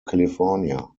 california